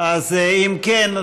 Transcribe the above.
אם כן,